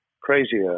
crazier